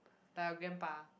like your grandpa